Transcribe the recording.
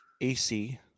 AC